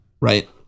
Right